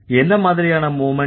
என்ன மாதிரியான மூவ்மெண்ட்